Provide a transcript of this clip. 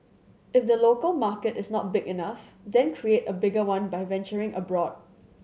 if the local market is not big enough then create a bigger one by venturing abroad